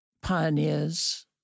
pioneers